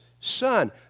Son